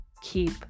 keep